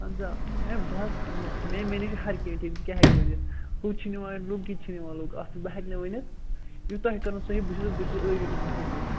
اَہَن حظ آ ہَے بہٕ حظ مےٚ مےٚ نِش چھِ ہر کیٚنٛہہ ٹھیٖک بہٕ کیٛاہ ہیٚکہِ ؤنِتھ ہُہ چھِ نِوان لوٗکھ کِتھۍ چھِ نِوان لوٗکھ اَتھ بہٕ ہیٚکہٕ نہٕ ؤنِتھ یہِ تۄہہِ کَرُن صحیح بہٕ چھُس بہٕ چھُس عٲری تُہٕنٛدِ حُکمُک